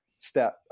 step